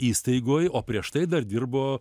įstaigoj o prieš tai dar dirbo